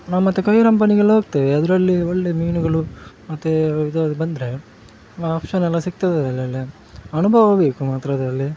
ನಾವು ಮತ್ತೆ ಕೈ ರಂಪಣಿಗೆಲ್ಲ ಹೋಗ್ತೇವೆ ಅದರಲ್ಲಿ ಒಳ್ಳೆಯ ಮೀನುಗಳು ಮತ್ತು ಇದು ಯಾವ್ದಾರು ಬಂದರೆ ಆಪ್ಷನ್ ಎಲ್ಲ ಸಿಗ್ತದೆ ಅನುಭವ ಬೇಕು ಮಾತ್ರ ಅದರಲ್ಲಿ